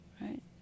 right